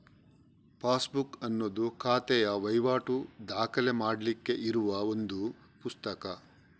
passbook ಅನ್ನುದು ಖಾತೆಯ ವೈವಾಟು ದಾಖಲೆ ಮಾಡ್ಲಿಕ್ಕೆ ಇರುವ ಒಂದು ಪುಸ್ತಕ